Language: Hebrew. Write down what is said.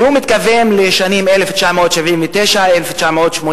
והוא מתכוון לשנים 1979 1980,